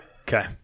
Okay